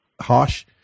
harsh